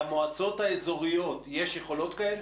למועצות האזוריות יש יכולות כאלה?